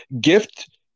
gift